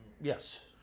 Yes